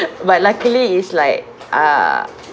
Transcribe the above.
but luckily it's like uh